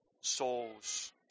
souls